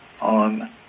on